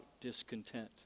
discontent